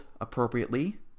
appropriately